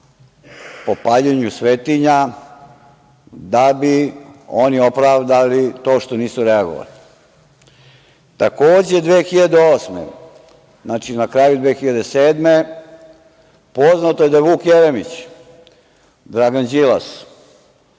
po paljenju svetinja, da bi oni opravdali to što nisu reagovali. Takođe, 2008. godine, na kraju 2007. godine, poznato je da Vuk Jeremić, Dragan Đilas,